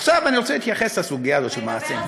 עכשיו אני רוצה להתייחס לסוגיה הזאת, של מעשים.